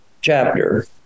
chapter